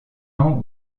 ans